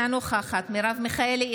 אינה נוכחת מרב מיכאלי,